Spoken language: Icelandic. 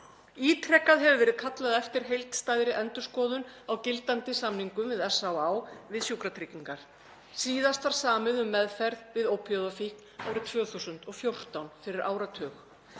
Ítrekað hefur verið kallað eftir heildstæðri endurskoðun á gildandi samningum SÁÁ við Sjúkratryggingar. Síðast var samið um meðferð við ópíóíðafíkn árið 2014, fyrir áratug.